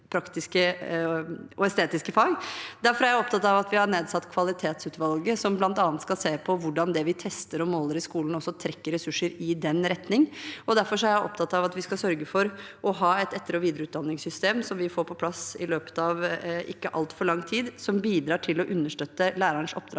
praktiske og estetiske fag. Vi har nedsatt kvalitetsutvalget, som bl.a. skal se på hvordan det vi tester og måler i skolen, også kan trekke ressurser i den retning. Derfor er jeg opptatt av at vi skal sørge for å ha et etter- og videreutdanningssystem som vi får på plass i løpet av ikke altfor lang tid, som bidrar til å understøtte lærerens oppdrag